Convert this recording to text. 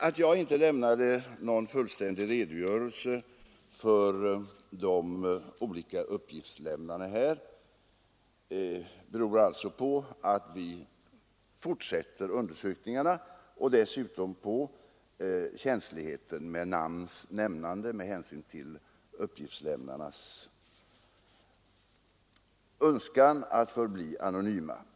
Att jag inte lämnade någon fullständig redogörelse för de olika uppgiftslämnarna beror alltså på att vi fortsätter undersökningarna. Dessutom är det mycket känsligt med namns nämnande med hänsyn till uppgiftslämnarnas önskemål att förbli anonyma.